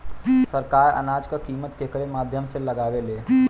सरकार अनाज क कीमत केकरे माध्यम से लगावे ले?